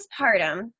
postpartum